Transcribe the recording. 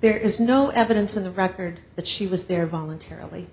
there is no evidence in the record that she was there voluntarily